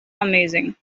amazing